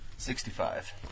Sixty-five